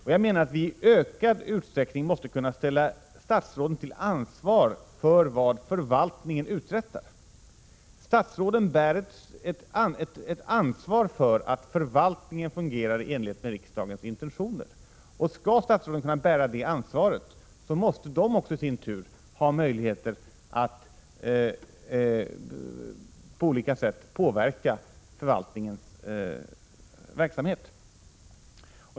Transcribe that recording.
Vi måste i ökad utsträckning kunna ställa statsråden till ansvar för vad förvaltningen uträttar. Statsråden bär ett ansvar för att förvaltningen fungerar i enlighet med riksdagens intentioner, och skall statsråden kunna bära det ansvaret, måste de i sin tur ha möjligheter att på olika sätt påverka förvaltningens Prot. 1986/87:122 verksamhet.